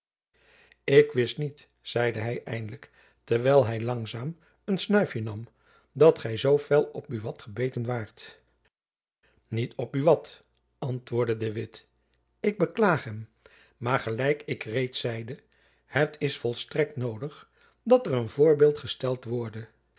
ik wist niet zeide hy eindelijk terwijl hy langzaam een snuifjen nam dat gy zoo fel op buat gebeten waart niet op buat antwoordde de witt ik beklaag hem maar gelijk ik reeds zeide het is volstrekt noodig dat er een voorbeeld gesteld worde